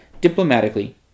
diplomatically